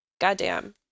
Goddamn